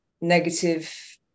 negative